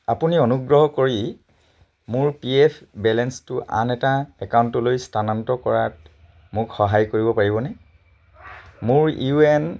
আপুনি অনুগ্ৰহ কৰি মোৰ পি এফ বেলেন্সটো আন এটা একাউণ্টলৈ স্থানান্তৰ কৰাত মোক সহায় কৰিব পাৰিবনে মোৰ ইউ এ এন